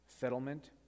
settlement